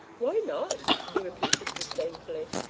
why not? he repeated disdainfully.